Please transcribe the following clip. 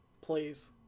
Please